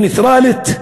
נייטרלית,